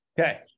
Okay